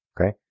okay